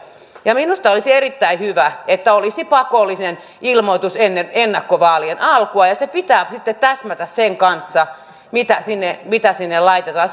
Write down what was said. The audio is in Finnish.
minusta olisi erittäin hyvä että olisi pakollinen ilmoitus ennen ennakkovaalien alkua ja sen pitää sitten täsmätä sen kanssa mitä sinne mitä sinne laitetaan